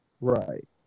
Right